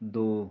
ਦੋ